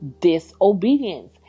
disobedience